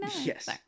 Yes